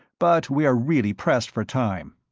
but we are really pressed for time.